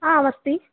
आम् अस्ति